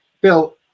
Bill